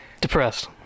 depressed